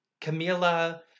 Camila